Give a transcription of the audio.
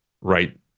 right